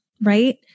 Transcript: right